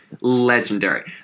legendary